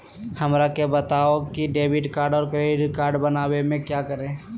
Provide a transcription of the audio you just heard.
हमरा के बताओ की डेबिट कार्ड और क्रेडिट कार्ड बनवाने में क्या करें?